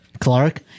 Clark